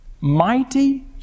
Mighty